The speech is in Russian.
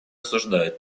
осуждает